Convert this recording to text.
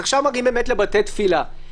עכשיו מגיעים לבתי תפילה.